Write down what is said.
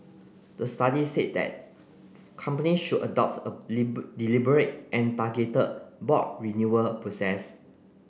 the study said that companies should adopt a deliberate and targeted board renewal process